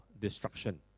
destruction